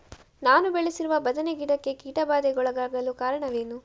ನಾನು ಬೆಳೆಸಿರುವ ಬದನೆ ಗಿಡಕ್ಕೆ ಕೀಟಬಾಧೆಗೊಳಗಾಗಲು ಕಾರಣವೇನು?